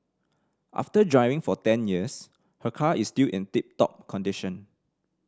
after driving for ten years her car is still in tip top condition